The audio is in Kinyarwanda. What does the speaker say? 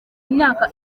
imyaka